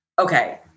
Okay